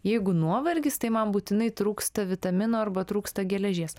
jeigu nuovargis tai man būtinai trūksta vitaminų arba trūksta geležies